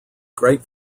great